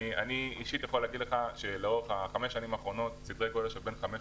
אני יכול להגיד לך שבחמש השנים האחרונות הושקעו בין 500